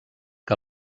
que